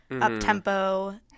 up-tempo